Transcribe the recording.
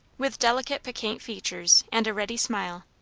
with delicate, piquant features and a ready smile.